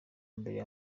mbere